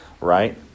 right